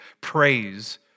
praise